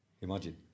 Imagine